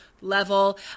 level